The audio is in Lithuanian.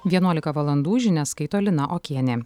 vienuolika valandų žinias skaito lina okienė